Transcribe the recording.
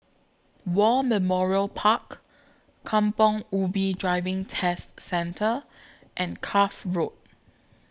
War Memorial Park Kampong Ubi Driving Test Centre and Cuff Road